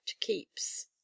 keeps